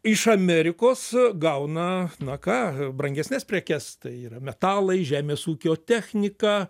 iš amerikos gauna na ką brangesnes prekes tai yra metalai žemės ūkio technika